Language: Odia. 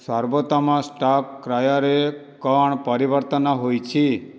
ସର୍ବୋତ୍ତମ ଷ୍ଟକ୍ କ୍ରୟରେ କ'ଣ ପରିବର୍ତ୍ତନ ହୋଇଛି